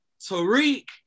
Tariq